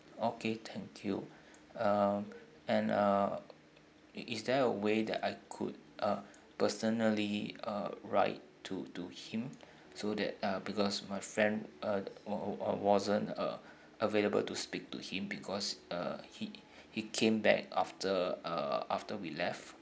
okay thank you um and uh i~ is there a way that I could uh personally uh write to to him so that uh because my friend uh wa~ wa~ wasn't uh available to speak to him because uh he he came back after uh after we left